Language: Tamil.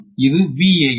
மற்றும் இது VAn